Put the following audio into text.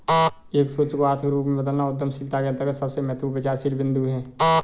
एक सोच को आर्थिक रूप में बदलना उद्यमशीलता के अंतर्गत सबसे महत्वपूर्ण विचारशील बिन्दु हैं